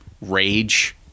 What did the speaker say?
rage